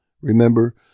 Remember